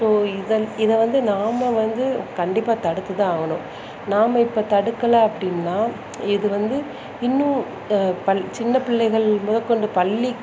so இதன் இதை வந்து நாம வந்து கண்டிப்பாக தடுத்து தான் ஆகணும் நாம இப்போ தடுக்கலை அப்படின்னா இது வந்து இன்னும் சின்னபிள்ளைகள் முதக்கொண்டு பள்ளி